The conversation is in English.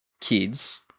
kids-